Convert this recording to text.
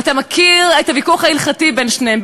אתה מכיר את הוויכוח ההלכתי בין שניהם,